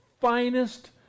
finest